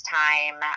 time